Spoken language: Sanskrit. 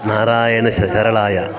नारायणः श शरळाय